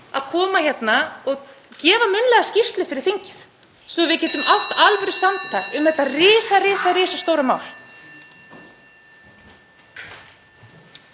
að koma hérna og gefa munnlega skýrslu fyrir þinginu svo við getum átt alvörusamtal um þetta risastóra mál.